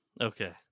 Okay